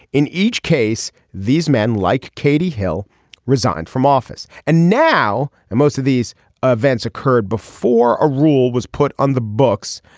in each case these men like katie hill resigned from office and now and most of these events occurred before a rule was put on the books.